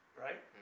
Right